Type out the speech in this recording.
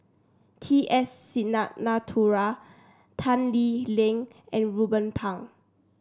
T S Tan Lee Leng and Ruben Pang